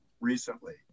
recently